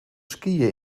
skiën